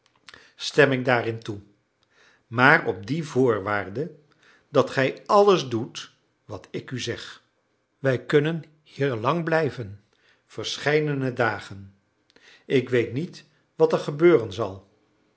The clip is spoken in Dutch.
ik daarin toe maar op die voorwaarde dat gij alles doet wat ik u zeg wij kunnen hier lang blijven verscheidene dagen ik weet niet wat er gebeuren zal